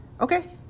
Okay